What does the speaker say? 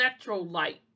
electrolyte